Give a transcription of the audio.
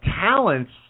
talents